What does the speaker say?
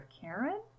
Karen